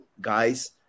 guys